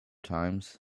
times